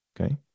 Okay